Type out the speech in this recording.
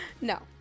No